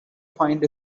find